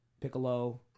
Piccolo